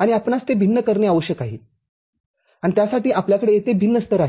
आणि आपणास ते भिन्न करणे आवश्यक आहे आणि त्यासाठी आपल्याकडे येथे भिन्न स्तर आहेत